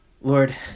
Lord